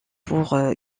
pour